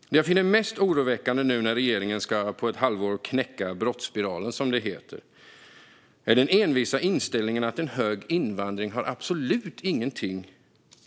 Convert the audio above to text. Det som jag finner mest oroväckande nu när regeringen på ett halvår ska knäcka brottsspiralen, som det heter, är den envisa inställningen att en stor invandring absolut inte har någonting